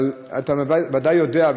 אבל אתה ודאי יודע,